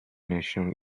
nation